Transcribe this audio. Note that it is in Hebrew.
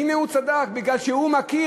והנה, הוא צדק, בגלל שהוא מכיר.